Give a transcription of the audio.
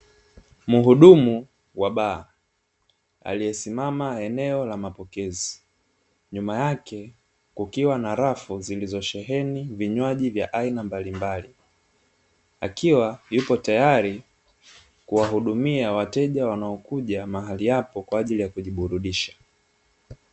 Muhudumu wa baa aliye simama eneo la mapokezi, nyuma yake kukiwa na rafu zilizosheheni vinywaji mbalimbali, akiwa yupo tayari kuwahudumia wateja wanaokuja mahali apo kwa ajili ya kujiburudisha.